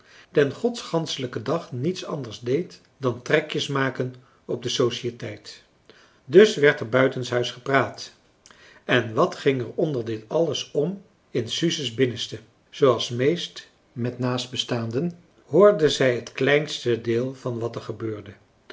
den godsganschelijken dag niets anders deed dan trekjesmaken op de sociëteit dus werd er buitenshuis gepraat en wat ging er onder dit alles om in suze's binnenste zooals meest met naastbestaanden hoorde zij het kleinste deel van wat er gebeurde